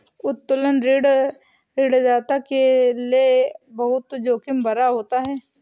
उत्तोलन ऋण ऋणदाता के लये बहुत जोखिम भरा होता है